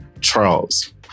Charles